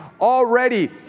Already